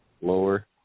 lower